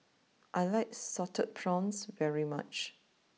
I like Salted Prawns very much